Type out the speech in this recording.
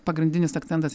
pagrindinis akcentas